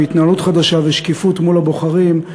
התנהלות חדשה ושקיפות מול הבוחרים,